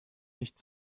nicht